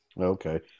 okay